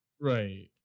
right